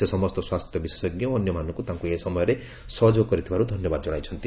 ସେ ସମସ୍ତ ସ୍ୱାସ୍ଥ୍ୟ ବିଶେଷଜ୍ଞ ଓ ଅନ୍ୟମାନଙ୍କୁ ତାଙ୍କୁ ଏ ସମୟରେ ସହଯୋଗ କରିଥିବାରୁ ଧନ୍ୟବାଦ ଜଣାଇଛନ୍ତି